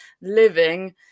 living